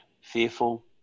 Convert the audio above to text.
fearful